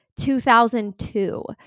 2002